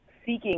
seeking